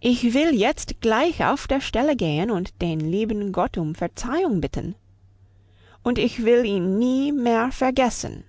ich will jetzt gleich auf der stelle gehen und den lieben gott um verzeihung bitten und ich will ihn nie mehr vergessen